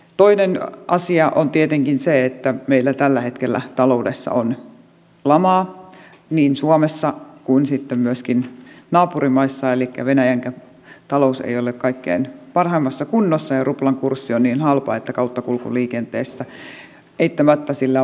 toinen asia on tietenkin se että meillä tällä hetkellä taloudessa on lama niin suomessa kuin sitten myöskin naapurimaissa elikkä venäjänkään talous ei ole kaikkein parhaimmassa kunnossa ja ruplan kurssi on niin halpa että kauttakulkuliikenteessä eittämättä sillä on myöskin vaikutuksia